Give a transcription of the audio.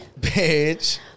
Bitch